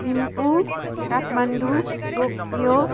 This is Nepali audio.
थिम्पू काठमाडौँ टोकियो